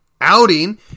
outing